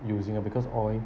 using ah because oil